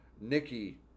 Nikki